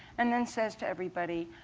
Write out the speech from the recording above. and then says to everybody,